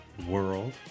World